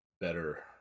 better